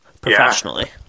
professionally